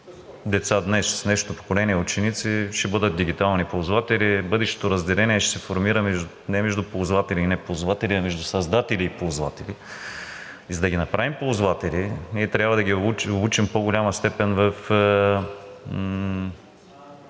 деца днес, днешното поколение ученици, ще бъдат дигитални ползватели. Бъдещото разделение ще се формира не между ползватели и неползватели, а между създатели и ползватели. И за да ги направим ползватели, ние трябва да ги учим в по-голяма степен в